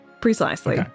precisely